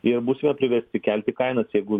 ir būsime priversti kelti kainas jeigu